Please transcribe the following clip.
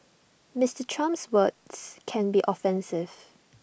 Mister Trump's words can be offensive